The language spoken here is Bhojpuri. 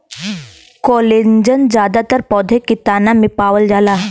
कोलेजन जादातर पौधा के तना में पावल जाला